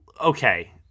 okay